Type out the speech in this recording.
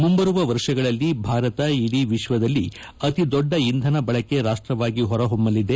ಮುಂಬರುವ ವರ್ಷಗಳಲ್ಲಿ ಭಾರತ ಇಡೀ ವಿಶ್ವದಲ್ಲಿ ಅತೀ ದೊಡ್ಡ ಇಂಧನ ಬಳಕೆ ರಾಷ್ಟವಾಗಿ ಹೊರಹೊಮ್ಮಲಿದೆ